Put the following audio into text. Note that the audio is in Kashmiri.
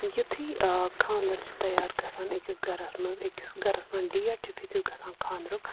یِتھُے خاندَر چھُ تیار گژھان أکِس گَرَس منٛز أکِس گَرَس منٛز ڈیٹ چھُ فِکِس گژھان خاندرُک